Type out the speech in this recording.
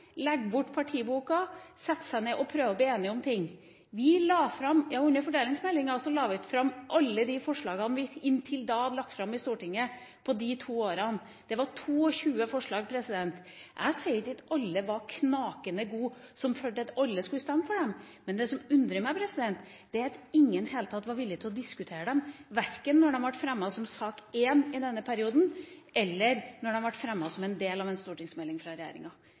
bort partiboka, setter seg ned og prøver å bli enige om ting. Under fordelingsmeldinga la vi fram alle de forslagene vi inntil da hadde lagt fram i Stortinget, på to. Det var 22 forslag. Jeg sier ikke at alle var knakende gode og skulle føre til at alle stemte for dem, men det som undrer meg, er at ingen i det hele tatt var villig til å diskutere dem, verken da de ble fremmet som sak nr. 1 i denne perioden, eller da de ble fremmet som en del av en stortingsmelding fra regjeringa.